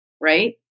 right